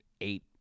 eight